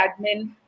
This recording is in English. admin